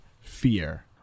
fear